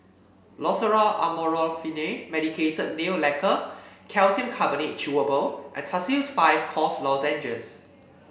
Loceryl Amorolfine Medicated Nail Lacquer Calcium Carbonate Chewable and Tussils five Cough Lozenges